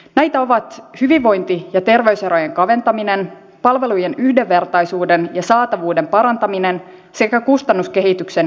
näitä ovat hyvinvointi ja terveyserojen kaventaminen palvelujen yhdenvertaisuuden ja saatavuuden parantaminen sekä kustannuskehityksen hillitseminen